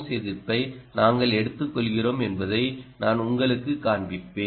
எதிர்ப்பை நாங்கள் எடுத்துக்கொள்கிறோம் என்பதை நான் உங்களுக்குக் காண்பிப்பேன்